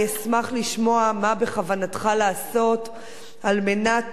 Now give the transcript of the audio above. אני אשמח לשמוע מה בכוונתך לעשות על מנת